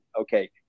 Okay